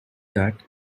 that